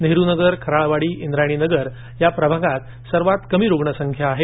नेहरूनगर खराळवाडी इंद्रायणी नगर या प्रभागात सर्वात कमी रुग्ण संख्या आहे